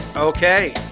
Okay